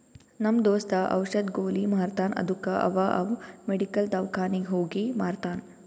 ನಮ್ ದೋಸ್ತ ಔಷದ್, ಗೊಲಿ ಮಾರ್ತಾನ್ ಅದ್ದುಕ ಅವಾ ಅವ್ ಮೆಡಿಕಲ್, ದವ್ಕಾನಿಗ್ ಹೋಗಿ ಮಾರ್ತಾನ್